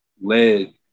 led